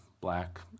black